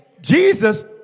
jesus